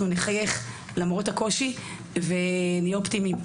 למרות הקושי, אנחנו נחייך ונהיה אופטימיים.